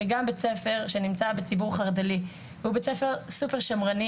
שגם בית ספר שנמצא בציבור חרד"לי והוא בית ספר סופר שמרני,